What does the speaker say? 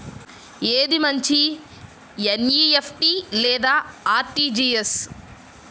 ఏది మంచి ఎన్.ఈ.ఎఫ్.టీ లేదా అర్.టీ.జీ.ఎస్?